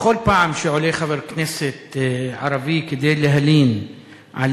בכל פעם שעולה חבר כנסת ערבי כדי להלין על